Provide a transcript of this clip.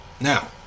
Now